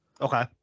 Okay